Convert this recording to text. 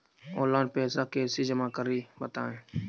Online पैसा कैसे जमा करें बताएँ?